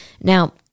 Now